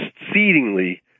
exceedingly